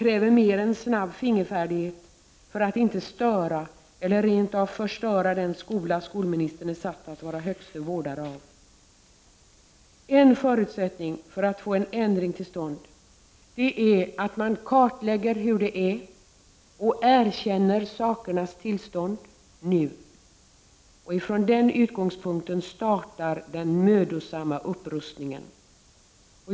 1989/90:43 fingerfärdighet för att inte störa eller rent av förstöra den skola skolministern 11 december 1989 är satt att vara högste vårdare av. 2 FET JG E En förutsättning för att få en ändring till stånd är att man kartlägger hur det är och erkänner sakernas tillstånd nu och från den utgångspunkten startar den mödosamma upprustningen.